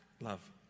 Love